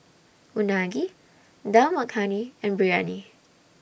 Unagi Dal Makhani and Biryani